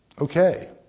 Okay